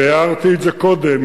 והערתי את זה קודם,